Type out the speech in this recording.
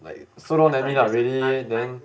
like so long never meet up already then